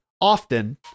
often